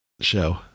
show